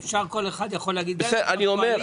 כל אחד יכול להגיד את עמדתו.